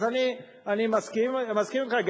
אני מסכים אתך.